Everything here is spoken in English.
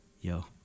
Yo